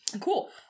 Cool